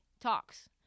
talks